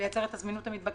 לייצר את הזמינות המתבקשת.